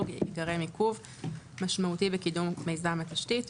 ייגרם עיכוב משמעותי בקיום מיזם התשתית.